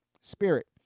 spirit